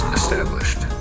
established